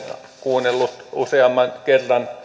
kuunnellut useamman kerran